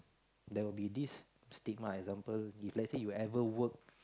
there will be this stigma example if lets say you ever work